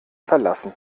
verlassen